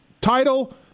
title